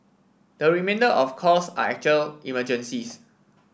the remainder of calls are actual emergencies